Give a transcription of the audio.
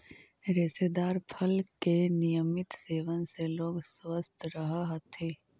रेशेदार फल के नियमित सेवन से लोग स्वस्थ रहऽ हथी